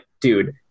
dude